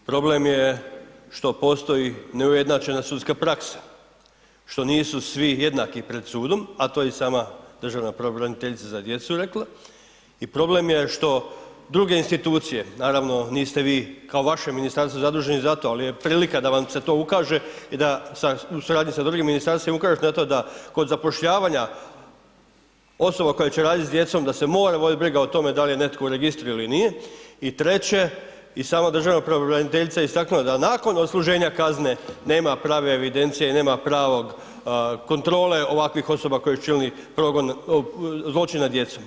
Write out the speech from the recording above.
Problem je što postoji neujednačena sudska praksa, što nisu svi jednaki pred sudom a to je i sama državna pravobraniteljica za djecu rekla i problem je što druge institucije, naravno niste vi kao vaše ministarstvo zaduženi za to ali je prilika da vam to se ukaže i da u suradnji sa drugim ministarstvima ukažete na to da kod zapošljavanja osoba koje će raditi s djecom, da se mora voditi briga o tome da li je netko u registru ili nije i treće, i sama državna pravobraniteljica je istaknula da nakon odsluženja kazne nema prave evidencije i nema prave kontrole ovakvih osoba koje čine zločin nad djecom.